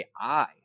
AI